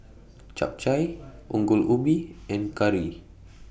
Chap Chai Ongol Ubi and Curry